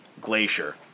Glacier